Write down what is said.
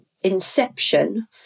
inception